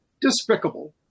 Despicable